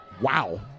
Wow